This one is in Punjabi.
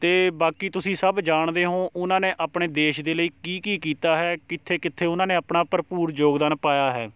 ਅਤੇ ਬਾਕੀ ਤੁਸੀਂ ਸਭ ਜਾਣਦੇ ਹੋ ਉਹਨਾਂ ਨੇ ਆਪਣੇ ਦੇਸ਼ ਦੇ ਲਈ ਕੀ ਕੀ ਕੀਤਾ ਹੈ ਕਿੱਥੇ ਕਿੱਥੇ ਉਹਨਾਂ ਨੇ ਆਪਣਾ ਭਰਪੂਰ ਯੋਗਦਾਨ ਪਾਇਆ ਹੈ